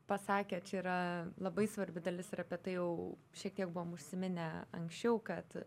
pasakė čia yra labai svarbi dalis ir apie tai jau šiek tiek buvom užsiminę anksčiau kad